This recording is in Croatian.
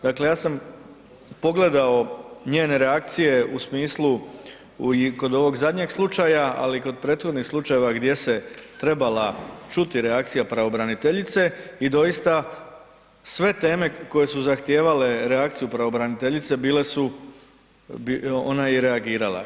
Dakle ja sam pogledao njene reakcije u smislu kod ovog zadnjeg slučaja ali i kod prethodnih slučajeva gdje se trebala čuti reakcija pravobraniteljice i doista sve teme koje su zahtijevale reakciju pravobraniteljice bile su, ona je i reagirala.